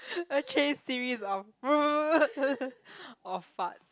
a chain series of of farts